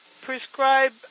prescribe